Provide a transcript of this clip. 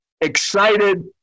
excited